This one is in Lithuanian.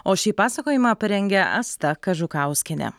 o šį pasakojimą parengė asta kažukauskienė